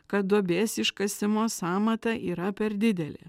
kad duobės iškasimo sąmata yra per didelė